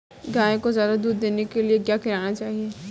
गाय को ज्यादा दूध देने के लिए क्या खिलाना चाहिए?